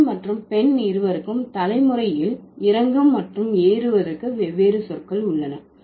ஆண் மற்றும் பெண் இருவருக்கும் தலைமுறையில் இறங்கு மற்றும் ஏறுவதற்கு வெவ்வேறு சொற்கள் உள்ளன